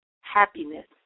happiness